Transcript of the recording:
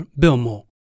Bilmo